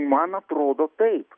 man atrodo taip